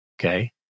Okay